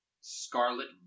scarlet